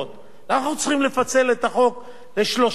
אנחנו צריכים לפצל את החוק לשלושה חוקים,